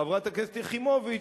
חברת הכנסת יחימוביץ,